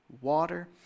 water